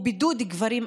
מקצועי.